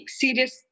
serious